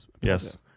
Yes